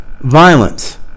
violence